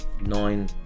Nine